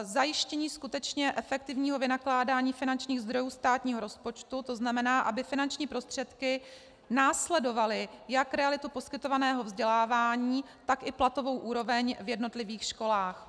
Zajištění skutečně efektivního vynakládání finančních zdrojů státního rozpočtu, tzn. aby finanční prostředky následovaly jak realitu poskytovaného vzdělávání, tak i platovou úroveň v jednotlivých školách.